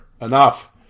enough